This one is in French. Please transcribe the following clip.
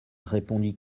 répondit